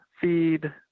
feed